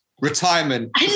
retirement